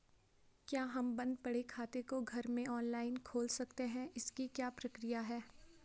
क्या हम बन्द पड़े खाते को घर में ऑनलाइन खोल सकते हैं इसकी क्या प्रक्रिया है?